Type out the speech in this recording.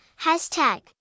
hashtag